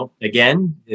again